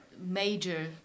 major